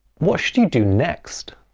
what should you do next?